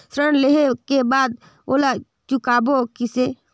ऋण लेहें के बाद ओला चुकाबो किसे?